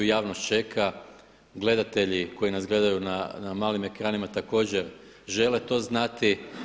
Javnost čeka, gledatelji koji nas gledaju na malim ekranima također žele to znati.